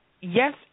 yes